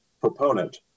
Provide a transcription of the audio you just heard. proponent